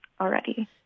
already